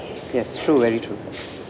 yes true very true